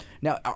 now